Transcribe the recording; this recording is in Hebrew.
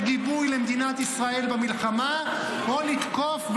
גיבוי למדינת ישראל במלחמה או לתקוף,